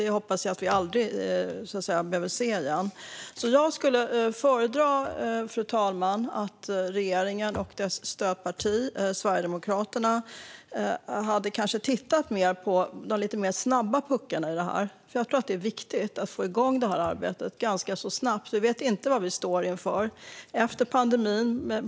Det hoppas jag att vi aldrig behöver se igen. Fru talman! Jag skulle föredra att regeringen och dess stödparti Sverigedemokraterna kanske hade tittat mer på de lite mer snabba puckarna. Det är viktigt att få igång arbetet ganska snabbt. Vi vet inte vad vi står inför efter pandemin.